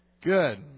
Good